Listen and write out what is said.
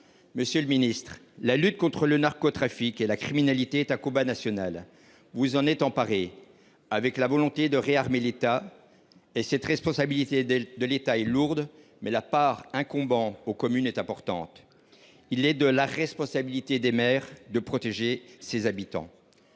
Monsieur le ministre, la lutte contre le narcotrafic et la criminalité est un combat national dont vous vous êtes emparé avec la volonté de réarmer l’État. La responsabilité de ce dernier est lourde, mais la part incombant aux communes n’en est pas moins importante. En effet, il est de la responsabilité des maires de protéger les habitants